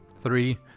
three